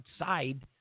outside